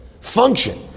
function